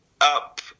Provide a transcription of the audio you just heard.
up